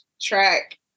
track